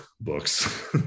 books